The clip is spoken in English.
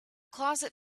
closet